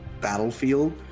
battlefield